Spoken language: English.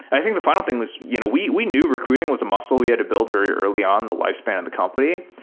i think the final thing was you know we we knew recruiting was a muscle we had to build very early on the lifespan of and the company,